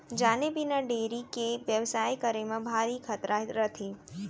जाने बिना डेयरी के बेवसाय करे म भारी खतरा रथे